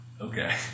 Okay